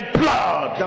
blood